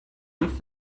with